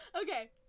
Okay